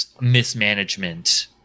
mismanagement